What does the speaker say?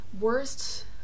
Worst